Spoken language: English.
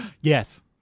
Yes